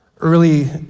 Early